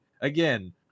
again